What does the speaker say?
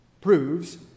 proves